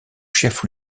chef